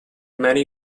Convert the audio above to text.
many